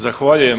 Zahvaljujem.